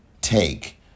take